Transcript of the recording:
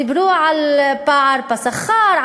דיברו על פער בשכר,